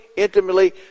intimately